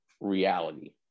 reality